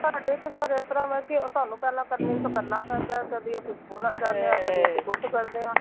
ਸਾਡੇ ਤਾਂ ਸਰ ਇਸ ਤਰ੍ਹਾਂ ਵਾ ਕਿ ਸਾਨੂੰ ਪਹਿਲਾਂ ਕਨਵਿਨਸ ਕਰਨਾ ਪੈਂਦਾ ਕਦੇ ਅਸੀਂ ਜਾਂਦੇ ਹਾਂ ਕਦੇ ਅਸੀਂ ਕੁਝ ਕਰਦੇ ਹਾਂ